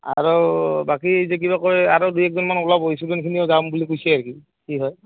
আৰু বাকী যে কিবা কয় আৰু দুই একজনমান ওলাব খিনিও যাম বুলি কৈছে আৰু কি হয়